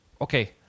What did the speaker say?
Okay